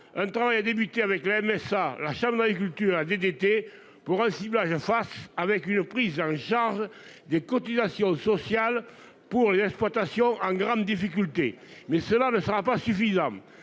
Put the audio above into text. un travail a débuté avec la MSA, la culture DDT. Pour un ciblage face avec une prise en charge des cotisations sociales pour les exploitations en grande difficulté. Mais cela ne sera pas suffisant.